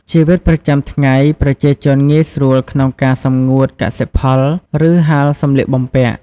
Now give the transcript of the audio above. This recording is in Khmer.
ជីវភាពប្រចាំថ្ងៃ ប្រជាជនងាយស្រួលក្នុងការសម្ងួតកសិផល ឬហាលសម្លៀកបំពាក់។